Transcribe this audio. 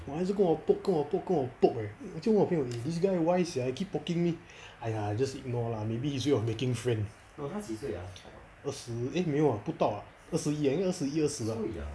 还是跟我 poke 跟我 poke 跟我 poke eh 就问我朋友 this guy why sia he keep poking me !aiya! just ignore lah maybe his way of making friends 二十 eh 没有 lah 不到二十一一概二十一二十